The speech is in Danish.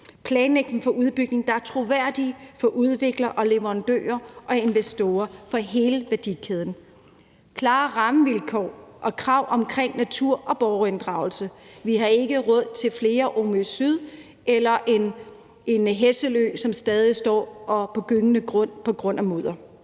planlægning for udbygning, der er troværdig for udviklere, leverandører og investorer og for hele værdikæden. Vi skal have klare rammevilkår og krav om natur og borgerinddragelse. Vi har ikke råd til flere Omø Syd eller en Hesselø, som stadig står på gyngende grund på grund af mudder.